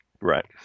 Right